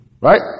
Right